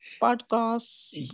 podcast